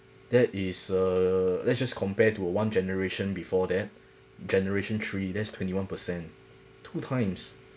that is err let's just compare to a one generation before that generation three that's twenty one percent two times